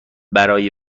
برای